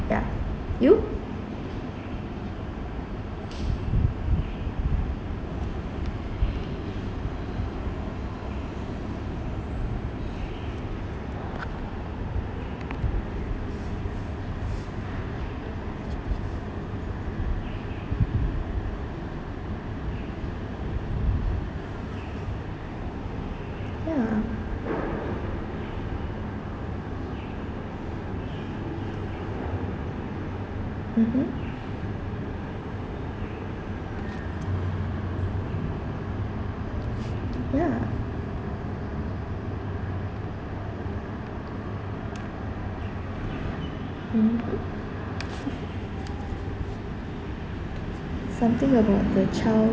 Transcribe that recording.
ya you ya mmhmm ya mmhmm something about the child